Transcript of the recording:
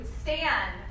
stand